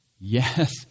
Yes